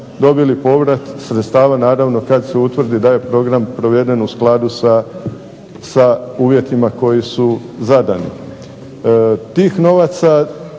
pogledate